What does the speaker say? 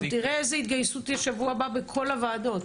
תהיה התגייסות גדולה שבוע הבא בכל הוועדות.